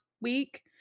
week